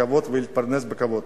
בכבוד ולהתפרנס בכבוד.